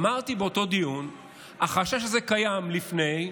אמרתי באותו דיון שהחשש הזה קיים לפני,